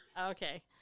Okay